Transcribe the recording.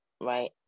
right